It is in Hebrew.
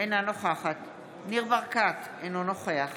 אינה נוכחת ניר ברקת, אינו נוכח